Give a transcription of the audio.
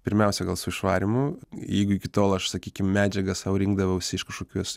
pirmiausia gal su išvarymu jeigu iki tol aš sakykim medžiagą sau rinkdavausi iš kažkokios